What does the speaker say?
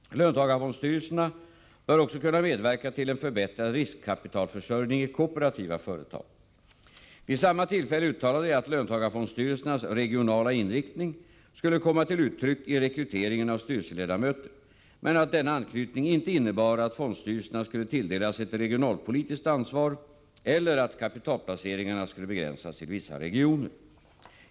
Löntagarfondstyrelserna bör också kunna medverka till en förbättrad riskkapitalförsörjning i kooperativa företag. Vid samma tillfälle uttalade jag att löntagarfondstyrelsernas regionala inriktning skulle komma till uttryck i rekryteringen av styrelseledamöter, men att denna anknytning inte innebar att fondstyrelserna skulle tilldelas ett regionalpolitiskt ansvar eller att kapitalplaceringarna skulle begränsas till vissa regioner.